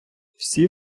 всі